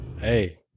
Hey